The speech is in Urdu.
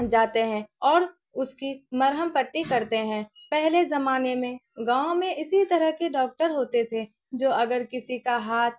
جاتے ہیں اور اس کی مرہم پٹی کرتے ہیں پہلے زمانے میں گاؤں میں اسی طرح کے ڈاکٹر ہوتے تھے جو اگر کسی کا ہاتھ